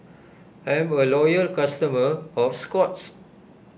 I'm a loyal customer of Scott's